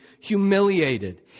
humiliated